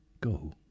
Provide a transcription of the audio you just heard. Go